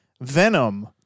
Venom